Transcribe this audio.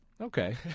Okay